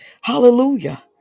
hallelujah